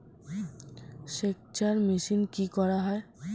সেকচার মেশিন কি করা হয়?